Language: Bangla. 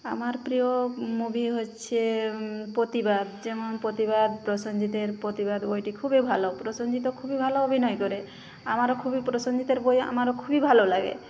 আমার প্রিয় মুভি হচ্ছে পোতিবাদ যেমন প্রতিবাদ প্রসেনজিতের প্রতিবাদ বইটি খুবই ভালো প্রসেনজিতও খুবই ভালো অভিনয় করে আমারও খুবই প্রসেনজিতের বই আমারও খুবই ভালো লাগে